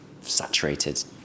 saturated